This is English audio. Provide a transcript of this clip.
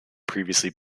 previously